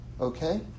okay